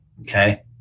okay